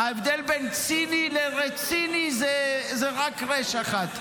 ההבדל בין ציני לרציני הוא רק רי"ש אחת.